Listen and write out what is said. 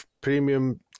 premium